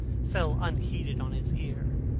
fell unheeded on his ear.